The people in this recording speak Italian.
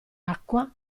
acqua